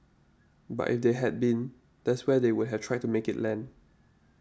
but if they had been that's where they would have tried to make it land